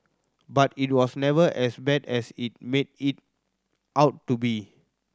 but it was never as bad as it made it out to be